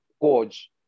Gorge